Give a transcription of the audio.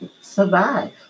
survive